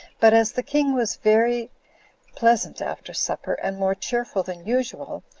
but as the king was very pleasant after supper, and more cheerful than usual,